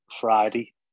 Friday